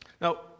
Now